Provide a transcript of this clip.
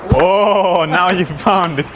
ah and now you found but